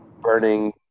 burning